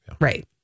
Right